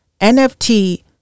NFT